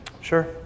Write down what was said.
Sure